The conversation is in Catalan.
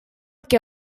què